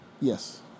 Yes